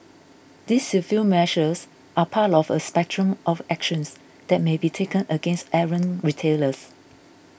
these civil measures are part of a spectrum of actions that may be taken against errant retailers